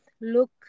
look